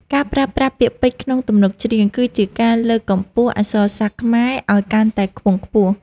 ការប្រើប្រាស់ពាក្យពេចន៍ក្នុងទំនុកច្រៀង គឺជាការលើកកម្ពស់អក្សរសាស្ត្រខ្មែរឱ្យកាន់តែខ្ពង់ខ្ពស់។